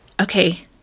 okay